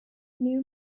new